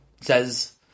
says